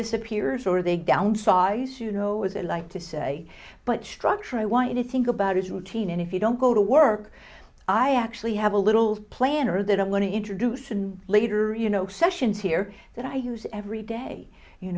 disappears or they downsize you know as i like to say but structure i want you to think about is routine and if you don't go to work i actually have a little planner that i'm going to introduce and later you know sessions here that i use every day you